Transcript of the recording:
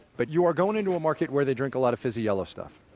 but you are going into a market where they drink a lot of fizzy yellow stuff,